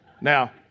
Now